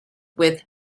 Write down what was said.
with